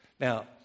Now